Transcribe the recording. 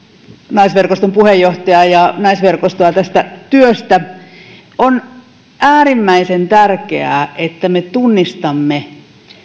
naisverkoston puheenjohtajaa ja naisverkostoa tästä työstä on äärimmäisen tärkeää että me tunnistamme